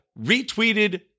retweeted